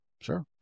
Sure